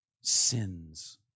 Sins